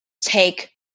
take